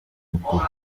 mukuru